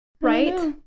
Right